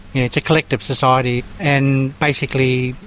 it's a collective society. and basically,